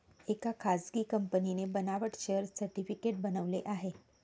एका खासगी कंपनीने बनावट शेअर सर्टिफिकेट बनवले आहे